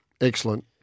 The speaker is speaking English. Excellent